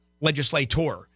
legislator